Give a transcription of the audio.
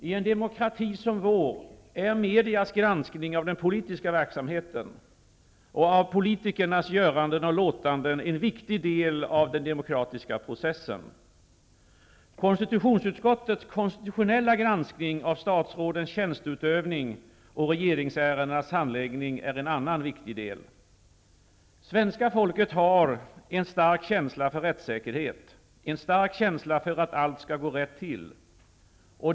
I en demokrati som vår är medias granskning av den politiska verksamheten och av politikernas göranden och låtanden en viktig del av den demokratiska processen. KU:s konstitutionella granskning av statsrådens tjänsteutövning och regeringsärendenas handläggning är en annan viktig del. Svenska folket har en stark känsla för rättssäkerhet, en stark känsla för att allt skall gå rätt till.